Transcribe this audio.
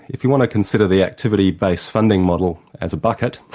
if you want to consider the activity based funding model as a bucket,